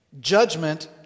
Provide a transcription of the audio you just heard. judgment